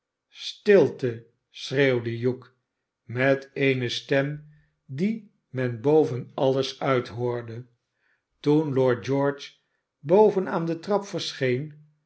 stilte schreeuwde hugh met eene stem die men boven alles nit hoorde toen lord george boven aan de trap verscheen